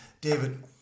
David